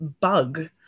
bug